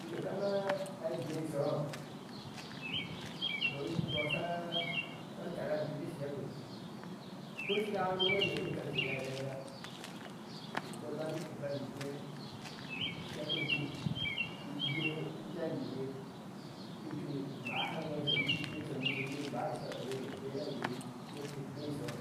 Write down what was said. Bike kama a jei shoho to uji imbɔɔ sha sha ta ra duri shekpe ko shika arŋo arɛm me shika she arɛrɛba ke bema nike bane jee ishekpe te ibee na nyiyir nike e maha whee sheu ni ke bee shokpe ɛte shike máá isheu aneke bee na nyiyir ne ɛte ibee shoho